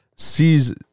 Sees